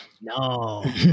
No